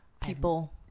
people